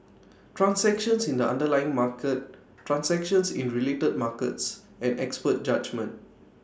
transactions in the underlying market transactions in related markets and expert judgement